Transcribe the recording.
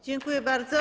Dziękuję bardzo.